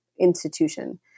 institution